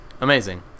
Amazing